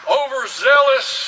overzealous